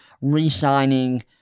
re-signing